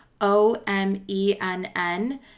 O-M-E-N-N